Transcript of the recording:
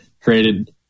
created